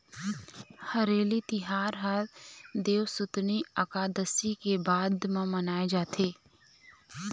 हरेली तिहार ह देवसुतनी अकादसी के बाद म मनाए जाथे